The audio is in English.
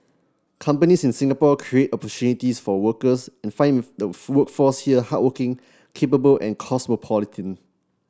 companies in Singapore create opportunities for workers and find the workforce here hardworking capable and cosmopolitan